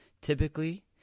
Typically